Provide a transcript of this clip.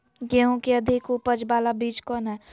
गेंहू की अधिक उपज बाला बीज कौन हैं?